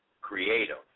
creative